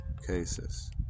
cases